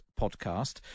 podcast